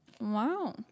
Wow